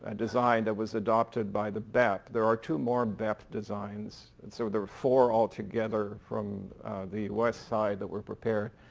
ah design that was adopted by the bep. there are two more bep designs and so there are four all together from the west side that were prepared,